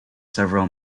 several